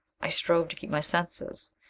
i strove to keep my senses.